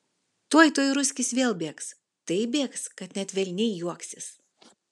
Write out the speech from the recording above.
tuoj tuoj ruskis vėl bėgs taip bėgs kad net velniai juoksis